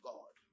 God